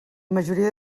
majoria